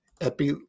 Epi